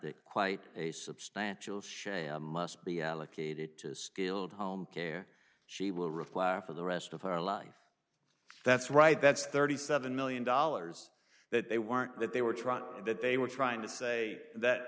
that quite a substantial shaya must be allocated to skilled home care she will require for the rest of her life that's right that's thirty seven million dollars that they weren't that they were trying that they were trying to say that